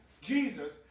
Jesus